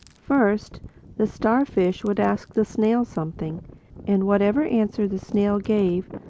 first the starfish would ask the snail something and whatever answer the snail gave,